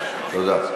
תודה.